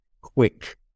quick